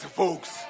folks